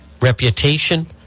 Reputation